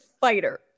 fighter